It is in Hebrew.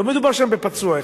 לא מדובר שם בפצוע אחד.